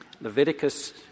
Leviticus